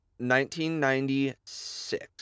1996